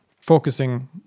focusing